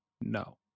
No